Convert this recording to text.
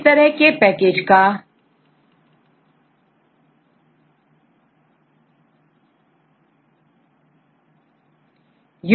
इस तरह के इस तरह के कई प्रोग्राम एक साथ पैकेज के रूप में उपयोग किए जाते हैं